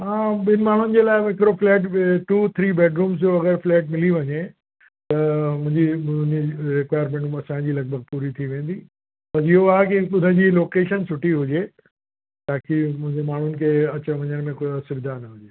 हा ॿिनि माण्हुनि जे लाइ हिकिड़ो फ़्लैट बि टू थ्री बेडरुम जो अगरि फ़्लैट मिली वञे त हुन जी रिक्वायरमेंट ऐं असांजी लॻभॻि पूरी थी वेंदी पर इहो आहे की हुन जी लोकेशन सुठी हुजे ताकी मुंहिंजे माण्हुनि खे अचणु वञण में कोई असुविधा न हुजे